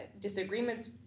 disagreements